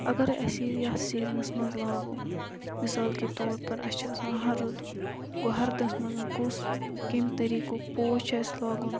اَگر أسۍ یہِ یَتھ سیٖزنَس مَنٛز لاگو مِثال کے طور پر اَسہِ چھِ آسان ہَرُد ہَردَس مَنٛز کُس کمہِ طریٖقُک پوش چھُ اَسہِ لاگُن